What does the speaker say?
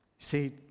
See